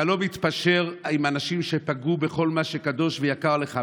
אתה לא מתפשר עם אנשים שפגעו בכל מה שקדוש ויקר לך,